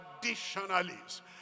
traditionalists